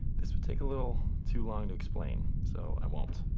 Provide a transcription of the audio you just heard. this would take a little too long to explain so i won't.